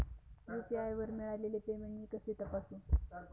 UPI वर मिळालेले payment मी कसे तपासू?